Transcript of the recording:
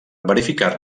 verificar